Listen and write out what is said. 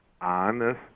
honest